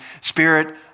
spirit